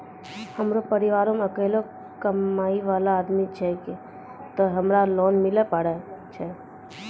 परिवारों मे अकेलो कमाई वाला आदमी छियै ते हमरा लोन मिले पारे छियै?